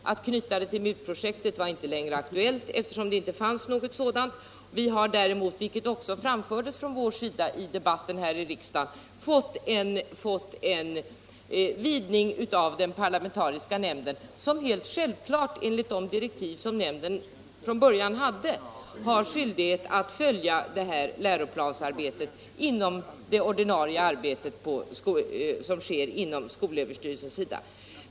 Att knyta arbetet till MUT projektet var inte aktuellt, eftersom det inte längre fanns något sådant projekt. Vi har däremot, vilket också krävdes från vårt håll i debatten, fått en utvidgning av den parlamentariska nämnden, som enligt sina direktiv självfallet från början haft skyldighet att följa det ordinarie läroplansarbetet inom skolöverstyrelsen.